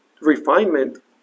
Refinement